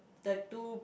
the two